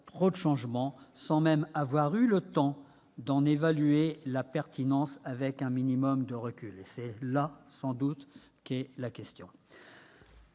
trop de changements, sans même avoir eu le temps d'en évaluer la pertinence avec un minimum de recul. Là est sans doute la question.